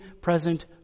present